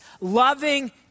loving